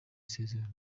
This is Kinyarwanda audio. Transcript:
isezerano